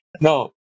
no